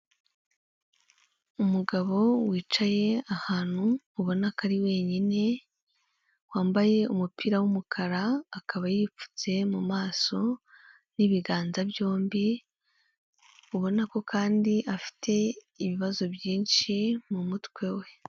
Umugabo wicaye ahantu ubona ko ari wenyine wambaye umupira w'umukara akaba yipfutse mu maso n'ibiganza byombi ubona ko kandi afite ibibazo byinshi mumutwe we.